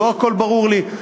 לא הכול ברור לי,